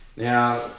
Now